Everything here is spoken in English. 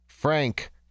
Frank